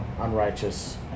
unrighteous